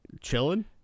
chilling